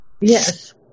Yes